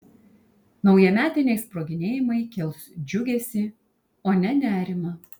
naujametiniai sproginėjimai kels džiugesį o ne nerimą